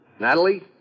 Natalie